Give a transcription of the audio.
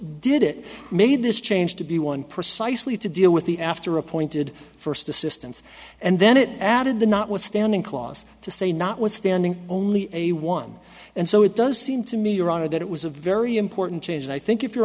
did it made this change to be one precisely to deal with the after appointed first assistance and then it added the notwithstanding clause to say notwithstanding only a one and so it does seem to me your honor that it was a very important change and i think if you